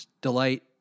delight